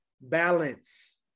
Balance